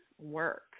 work